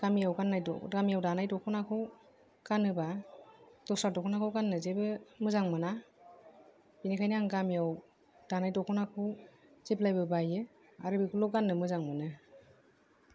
गामियाव गान्नाय गामियाव दानाय दख'नाखौ गानोबा दस्रा दख'नाखौ गान्नो जेबो मोजां मोना बिनिखायनो आं गामियाव दानाय दख'नाखौ जेब्लायबो बाइयो आरो बेखौल' गान्नो मोजां मोनो